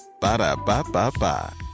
Ba-da-ba-ba-ba